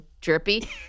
drippy